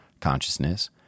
consciousness